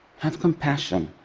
have compassion,